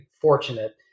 fortunate